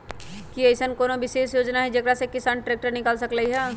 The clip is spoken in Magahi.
कि अईसन कोनो विशेष योजना हई जेकरा से किसान ट्रैक्टर निकाल सकलई ह?